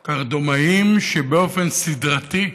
קרדומאים, שבאופן סדרתי,